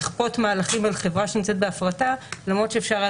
לכפות מהלכים על חברה שנמצאת בהפרטה למרות שאפשר היה